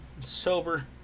sober